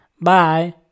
Bye